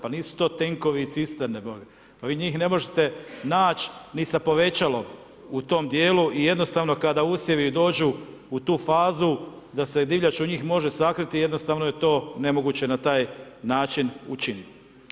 Pa nisu to tenkovi i cisterne, pa vi njih ne možete naći ni sa povećalom u tome dijelu i jednostavno kada usjevi dođu u tu fazu da se divljač u njih može sakriti, jednostavno je to nemoguće na taj način učiniti.